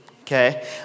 okay